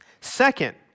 Second